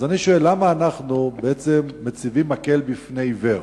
אז אני שואל: למה אנחנו בעצם מציבים מקל בפני עיוור?